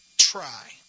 try